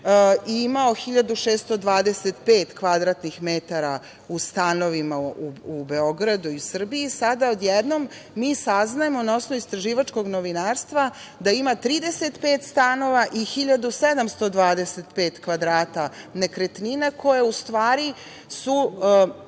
i imao 1.625 kvadratnih metara u stanovima u Beogradu i u Srbiji sada odjednom mi saznajemo, na osnovu istraživačkog novinarstva, da ima 35 stanova i 1.725 kvadrata nekretnina, koje su u stvari u